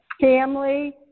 family